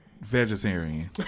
vegetarian